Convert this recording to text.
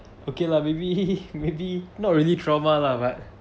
okay lah maybe maybe not really trauma lah but